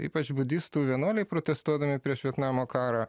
ypač budistų vienuoliai protestuodami prieš vietnamo karą